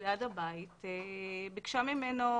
הפקיד ממש